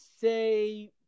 say